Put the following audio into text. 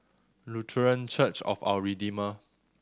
Lutheran Church of Our Redeemer